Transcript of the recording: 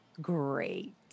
great